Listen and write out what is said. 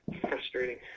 Frustrating